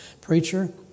Preacher